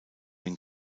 den